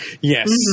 Yes